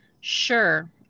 Sure